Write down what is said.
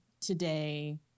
today